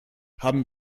haben